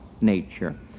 nature